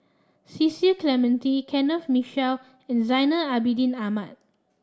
Cecil Clementi Kenneth Mitchell and Zainal Abidin Ahmad